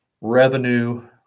revenue